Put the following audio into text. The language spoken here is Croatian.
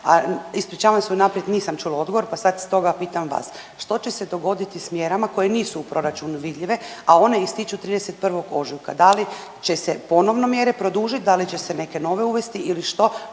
ispričavam se unaprijed nisam čula odgovor pa sad stoga pitam vas. Što će se dogoditi s mjerama koje nisu u proračunu vidljive, a one ističu 31. ožujka? Da li će se ponovno mjere produžit, da li će se neke nove uvesti ili što,